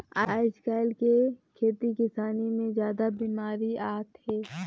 आयज कायल के खेती किसानी मे जादा बिमारी आत हे